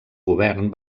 govern